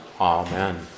Amen